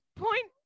Point